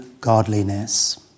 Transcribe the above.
godliness